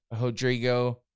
Rodrigo